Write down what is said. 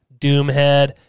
Doomhead